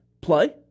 play